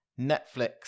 Netflix